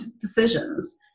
decisions